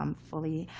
um fully.